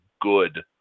good